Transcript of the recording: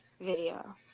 video